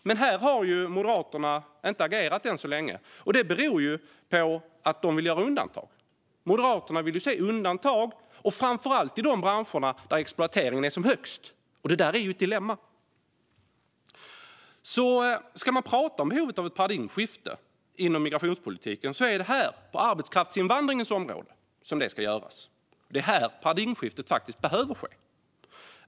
Men här har Moderaterna än så länge inte agerat, vilket beror på att de vill göra undantag framför allt i de branscher där exploateringen är som högst. Det är ett dilemma. Ska man prata om behovet av ett paradigmskifte inom migrationspolitiken är det på arbetskraftsinvandringens område som det ska göras. Det är här paradigmskiftet faktiskt behöver ske.